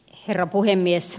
herra puhemies